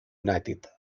united